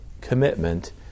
commitment